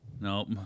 Nope